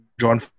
John